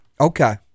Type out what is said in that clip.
Okay